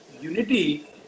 unity